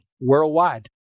worldwide